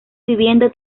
vivienda